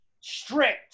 Strict